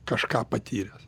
kažką patyręs